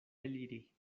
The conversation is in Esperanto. eliri